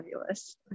fabulous